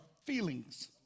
feelings